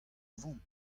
vont